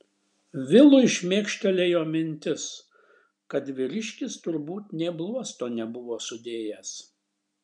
vilui šmėkštelėjo mintis kad vyriškis turbūt nė bluosto nebuvo sudėjęs